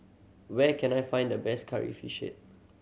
where can I find the best Curry Fish Head